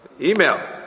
email